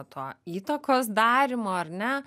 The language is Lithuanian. to įtakos darymo ar ne